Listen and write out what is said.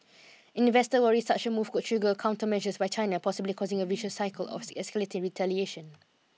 investors worry such a move could trigger countermeasures by China possibly causing a vicious cycle of escalating retaliation